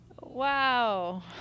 Wow